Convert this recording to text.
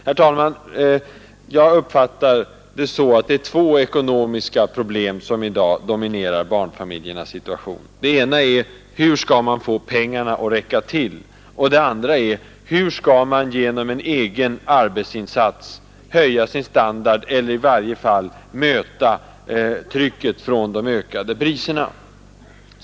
Herr talman! Det är två ekonomiska problem som i dag dominerar barnfamiljernas situation. Det ena är: Hur skall man få pengarna att räcka till? Det andra är: Hur skall man genom en egen arbetsinsats höja sin standard eller i varje fall möta trycket från de ökade priserna?